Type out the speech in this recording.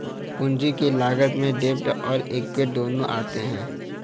पूंजी की लागत में डेब्ट और एक्विट दोनों आते हैं